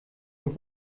und